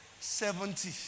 Seventy